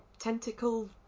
tentacle